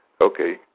Okay